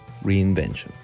reinvention